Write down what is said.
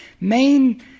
main